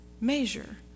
measure